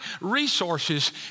resources